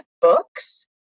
books